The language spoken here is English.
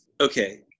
Okay